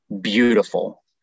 beautiful